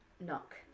knock